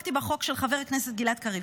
העמקתי בחוק של חבר הכנסת גלעד קריב.